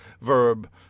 verb